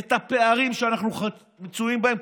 את הפערים שאנחנו מצויים בהם?